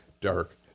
dark